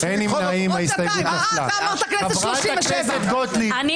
אין ההסתייגות מס' 5 של קבוצת סיעת חד"ש-תע"ל לא